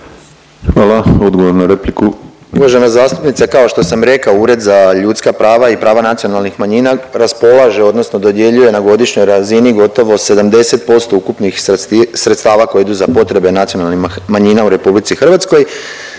**Piližota, Boris (SDP)** Uvažena zastupnice, kao što sam rekao, Ured za ljudska prava i prava nacionalnih manjina raspolaže odnosno dodjeljuje na godišnjoj razini gotovo 70% ukupnih sredstava koje idu za potrebe nacionalnih manjina u RH.